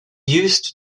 used